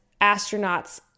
astronauts